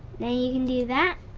then you can do that